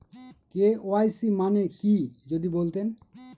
KYC মানে কি যদি বলতেন?